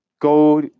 go